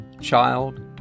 child